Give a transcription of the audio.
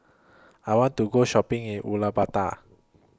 I want to Go Shopping in Ulaanbaatar